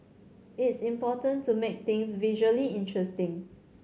it's important to make things visually interesting